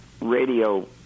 radio